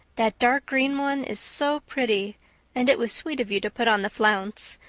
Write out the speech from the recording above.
that dark-green one is so pretty and it was sweet of you to put on the flounce.